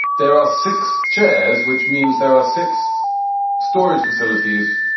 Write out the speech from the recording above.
there are six chairs, which means there are six storage facilities.